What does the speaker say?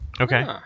Okay